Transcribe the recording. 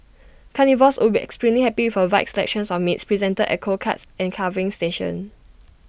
carnivores would be extremely happy for wide selection of meats presented at cold cuts and carving station